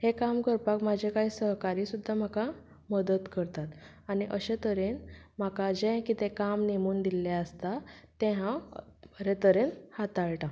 हें काम करपाक म्हजे काय सहकार्य सुद्दां म्हाका मदत करतात आनी अशे तरेन म्हाका जें कितें काम नेमून दिल्लें आसता तें हांव बरे तरेन हाताळटां